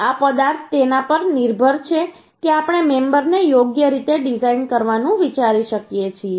આ પદાર્થ તેના પર નિર્ભર છે કે આપણે મેમબરને યોગ્ય રીતે ડિઝાઇન કરવાનું વિચારી શકીએ છીએ